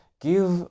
give